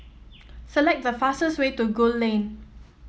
select the fastest way to Gul Lane